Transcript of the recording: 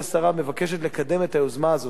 מבקשת לקדם את היוזמה הזאת היום,